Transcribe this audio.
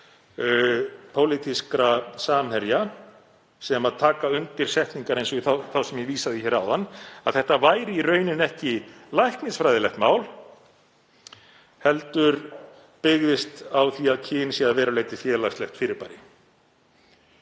pólitískra samherja sem taka undir setningar eins og þá sem ég vísaði í áðan, að þetta sé í rauninni ekki læknisfræðilegt mál heldur byggist á því að kynin séu að verulegu leyti félagslegt fyrirbæri,